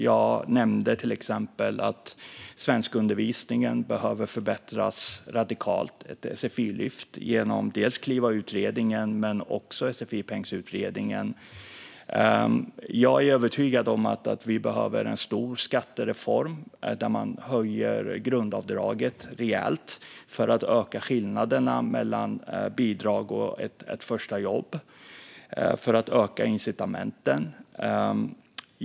Jag nämnde till exempel att svenskundervisningen behöver reformeras radikalt i ett sfi-lyft, dels genom Klivautredningen, dels genom sfi-pengsutredningen. Jag är övertygad om att vi behöver en stor skattereform, där man höjer grundavdraget rejält för att öka skillnaderna mellan bidrag och ett första jobb och på så vis ökar incitamenten.